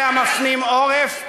אלה המפנים עורף,